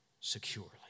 securely